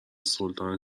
سلطان